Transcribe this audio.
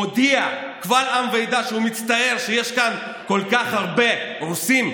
מודיע קבל עם ועדה שהוא מצטער שיש כאן כל כך הרבה רוסים,